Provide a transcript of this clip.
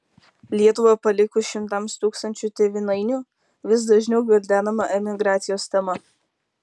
lietuvą palikus šimtams tūkstančių tėvynainių vis dažniau gvildenama emigracijos tema